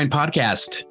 podcast